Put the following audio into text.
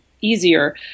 easier